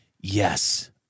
yes